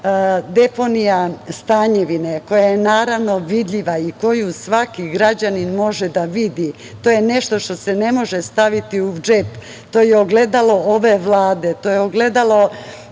deponija Stanjevine, koja je vidljiva i koju svaki građanin može da vidi, to je nešto što se ne može staviti u džep, to je ogledalo ove Vlade, to je ogledalo